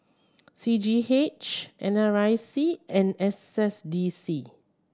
C G H N R I C and S S D C